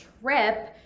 trip